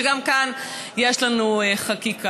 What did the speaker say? שגם כאן יש לנו חקיקה,